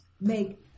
make